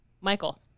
Michael